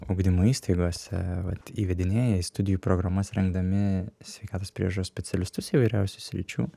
ugdymo įstaigose vat įvedinėja į studijų programas rengdami sveikatos priežiūros specialistus įvairiausių sričių